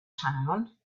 town